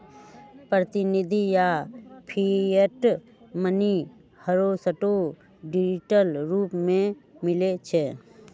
प्रतिनिधि आऽ fiat money हरसठ्ठो डिजिटल रूप में मिलइ छै